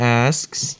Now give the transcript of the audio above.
asks